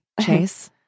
Chase